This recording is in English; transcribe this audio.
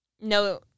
No